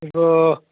இப்போது